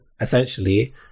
Essentially